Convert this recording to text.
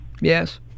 Yes